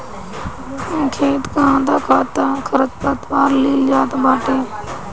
खेत कअ आधा खाद तअ खरपतवार लील जात बाटे